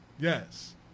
Yes